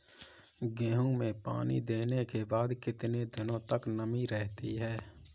गेहूँ में पानी देने के बाद कितने दिनो तक नमी रहती है?